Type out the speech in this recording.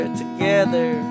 together